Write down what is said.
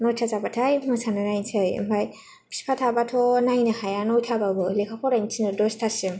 नयथा जाबाथाय मोसानाय नायनोसै ओमफ्राय बिफा थाबाथ' नायनो हाया नयथा बाबो लेखा फरानो थिनो दसथासिम